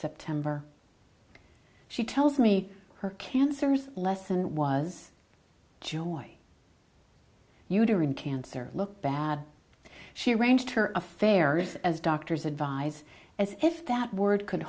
september she tells me her cancer's lesson was joy uterine cancer look bad she arranged her affairs as doctors advise as if that word could